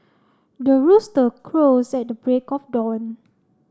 the rooster crows at the break of dawn